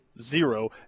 zero